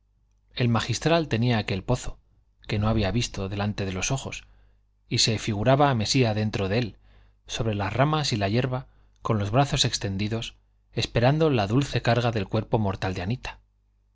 el magistral tenía aquel pozo que no había visto delante de los ojos y se figuraba a mesía dentro de él sobre las ramas y la yerba con los brazos extendidos esperando la dulce carga del cuerpo mortal de anita